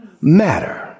matter